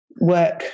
work